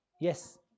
Yes